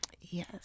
Yes